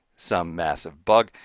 some massive bug.